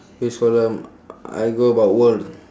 which column I go about world